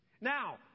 Now